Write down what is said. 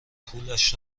پولش